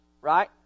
right